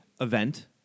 event